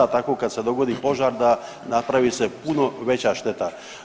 Tako kad se dogodi požar da napravi se puno veća šteta.